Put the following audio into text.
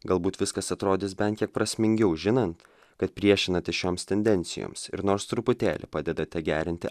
galbūt viskas atrodys bent kiek prasmingiau žinant kad priešinat į šioms tendencijoms ir nors truputėlį padedate gerinti